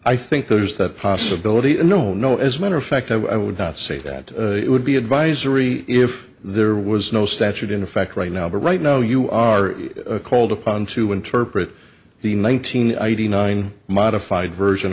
i think there's that possibility a no no as matter of fact i would not say that it would be advisory if there was no statute in effect right now but right now you are called upon to interpret the nine hundred ninety nine modified version